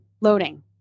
loading